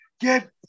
get